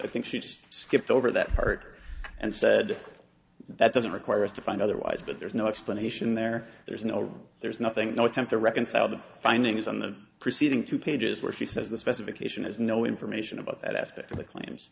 i think she just skipped over that part and said that doesn't require us to find otherwise but there's no explanation there there's no wrong there's nothing no attempt to reconcile the findings on the preceding two pages where she says the specification is no information about that aspect of the claims